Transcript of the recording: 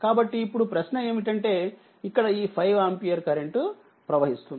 కాబట్టి ఇప్పుడు ప్రశ్న ఏమిటంటే ఇక్కడ ఈ 5 ఆంపియర్కరెంట్ప్రవహిస్తుంది